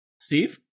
Steve